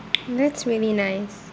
that's really nice